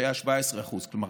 שהיה 17% כלומר,